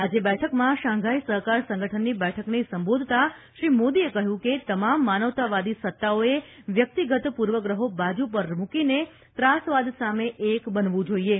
આજે બેઠકમાં શાંઘાઇ સહકાર સંગઠનની બેઠકને સંબોધતાં શ્રી મોદીએ કહ્યું કે તમામ માનવતાવાદી સત્તાઓએ વ્યક્તિગત પૂર્વગ્રહો બાજુ પર મૂકીને ત્રાસવાદ સામે એક બનવું જોઇએ